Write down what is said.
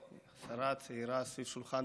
שרה צעירה סביב שולחן הממשלה.